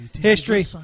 history